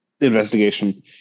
investigation